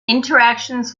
interactions